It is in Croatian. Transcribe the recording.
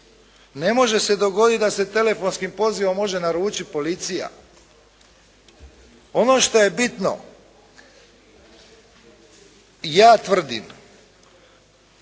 Ne može se dogoditi da se telefonskim pozivom može naručiti policija. Ono što je bitno ja tvrdim